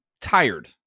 tired